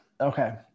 Okay